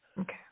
Okay